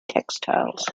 textiles